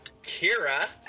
Kira